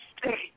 stay